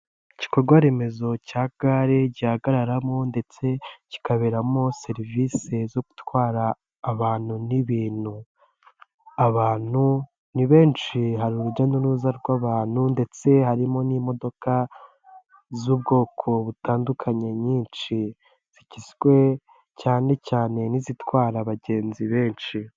Igikorwaremezo cya gare gihagaramo ndetse kikaberamo serivisi zo gutwara abantu n'ibintu, abantu ni benshi hari urujya n'uruza rw'abantu ndetse harimo n'imodoka z'ubwoko butandukanye nyinshi, zigizwe cyane cyane n'izitwara abagenzi benshi.